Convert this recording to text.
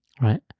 Right